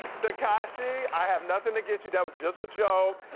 tekashi, i have nothing against you. that was just a joke,